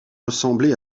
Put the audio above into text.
ressembler